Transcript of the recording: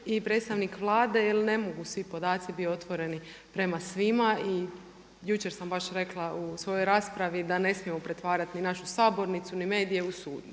i predstavnik Vlade jer ne mogu svi podaci biti otvoreni prema svima i jučer sam baš rekla u svojoj raspravi da ne smijemo pretvarati niti našu sabornicu, niti medije u sudnice